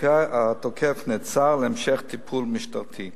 התוקף נעצר להמשך טיפול משטרתי.